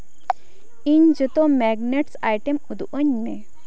ᱤᱧ ᱡᱚᱛᱚ magnet item ᱩᱫᱩᱜ ᱟᱹᱧᱢᱮ